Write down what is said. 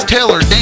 Taylor